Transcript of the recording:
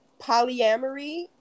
polyamory